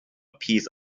piece